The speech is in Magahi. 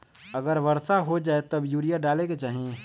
अगर वर्षा हो जाए तब यूरिया डाले के चाहि?